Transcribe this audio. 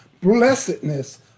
blessedness